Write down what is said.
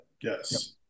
yes